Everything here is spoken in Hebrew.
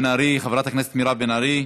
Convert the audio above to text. חברת הכנסת מירב בן ארי,